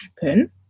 happen